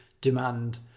demand